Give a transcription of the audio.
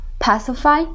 Pacify